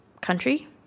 country